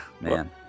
man